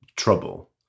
Trouble